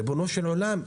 ריבונו של עולם,